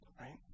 right